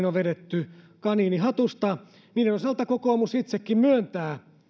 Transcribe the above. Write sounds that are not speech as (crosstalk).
(unintelligible) on vedetty kaniini hatusta niiden osalta kokoomus itsekin myöntää